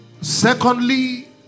Secondly